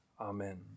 Amen